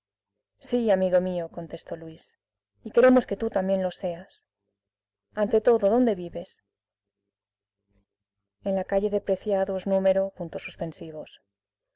sí amigo mío contestó luis y queremos que tú también lo seas ante todo dónde vives en la calle de preciados número